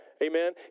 Amen